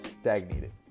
stagnated